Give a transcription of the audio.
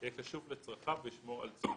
יהיה קשוב לצרכיו וישמור על ציודו.